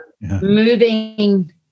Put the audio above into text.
moving